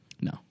no